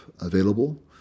available